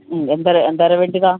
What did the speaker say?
എന്തോരം വേണ്ടതാണ്